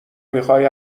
میخای